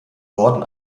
norden